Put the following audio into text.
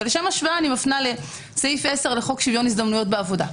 לשם השוואה אני מפנה לסעיף 10 לחוק שוויון הזדמנויות בעבודה.